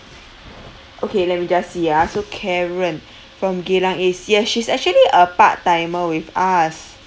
okay let me just see ah so karen from geylang east yes she's actually a part timer with us